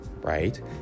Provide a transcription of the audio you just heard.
right